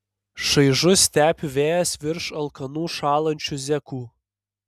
šaižus stepių vėjas virš alkanų šąlančių zekų